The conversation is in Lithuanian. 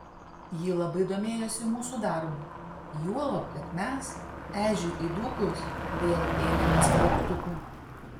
ji labai domėjosi mūsų darbu juolab kad mes ežiui įdūkus vėl ėmėmės plaktukų